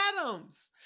Adams